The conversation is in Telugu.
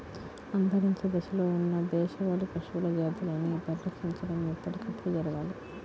అంతరించే దశలో ఉన్న దేశవాళీ పశువుల జాతులని పరిరక్షించడం ఎప్పటికప్పుడు జరగాలి